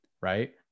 Right